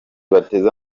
bateze